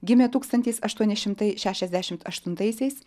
gimė tūkstantis aštuoni šimtai šešiasdešimt aštuntaisiais